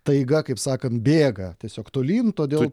taiga kaip sakant bėga tiesiog tolyn todėl